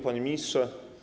Panie Ministrze!